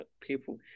people